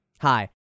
Hi